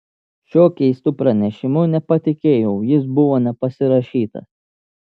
šiuo keistu pranešimu nepatikėjau jis buvo nepasirašytas